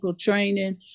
training